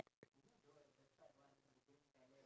no we can't don't